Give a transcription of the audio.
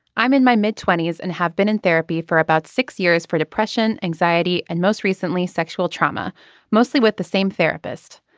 i'm in my mid twenty s and have been in therapy for about six years for depression anxiety and most recently sexual trauma mostly with the same therapist.